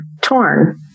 torn